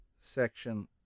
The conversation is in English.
section